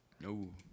No